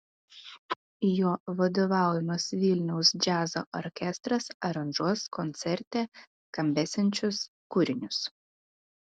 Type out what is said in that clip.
jo vadovaujamas vilniaus džiazo orkestras aranžuos koncerte skambėsiančius kūrinius